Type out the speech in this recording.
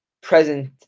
present